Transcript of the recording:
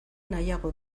nahiago